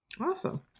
Awesome